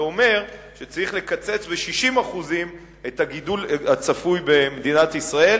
זה אומר שצריך לקצץ ב-60% את הגידול הצפוי במדינת ישראל,